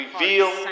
reveal